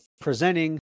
presenting